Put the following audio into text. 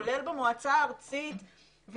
כולל במועצה הארצית,